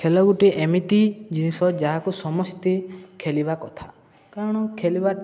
ଖେଳ ଗୋଟେ ଏମିତି ଜିନିଷ ଯାହାକୁ ସମସ୍ତେ ଖେଳିବା କଥା କାରଣ ଖେଳିବା